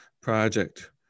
project